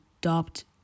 adopt